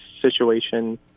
situation